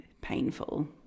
painful